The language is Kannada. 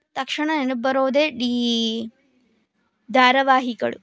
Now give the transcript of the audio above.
ತಕ್ಷಣ ನೆನಪು ಬರೋದೆ ಈ ಧಾರಾವಾಹಿಗಳು